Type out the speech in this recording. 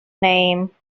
name